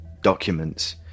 documents